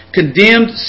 condemned